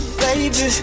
baby